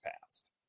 past